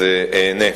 אז אענה.